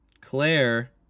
Claire